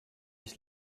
ich